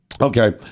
Okay